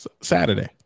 Saturday